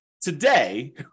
today